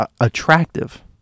attractive